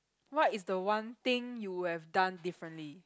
what is the one thing you would have done differently